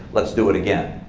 let's do it again.